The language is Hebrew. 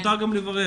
מותר גם לברך.